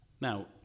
Now